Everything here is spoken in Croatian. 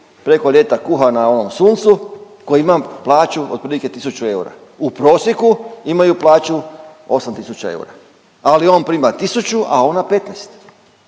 preko ljeta kuha na onom suncu koji ima plaću otprilike tisuću eura u prosjeku imaju plaću 8 tisuća eura, ali on prima tisuću, a ona 15